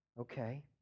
Okay